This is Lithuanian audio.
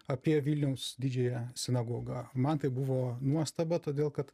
apie vilniaus didžiąją sinagogą man tai buvo nuostaba todėl kad